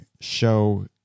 show